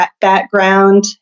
background